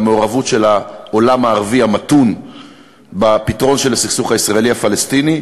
למעורבות של העולם הערבי המתון בפתרון של הסכסוך הישראלי הפלסטיני,